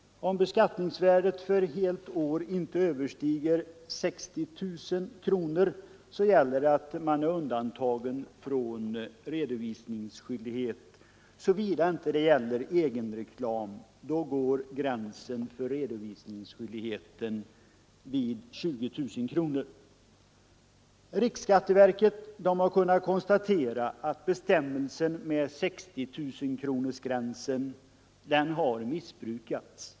Om beskattningsvärdet för ett helt år inte överstiger 60 000 kronor är man undantagen från redovisningsskyldighet såvida det inte gäller egen reklam, då gränsen för redovisningsskyldigheten går vid 20 000 kronor. Riksskatteverket har kunnat konstatera att bestämmelsen om 60 000-kronorsgränsen har missbrukats.